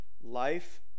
life